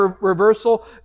reversal